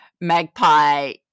magpie